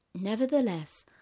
Nevertheless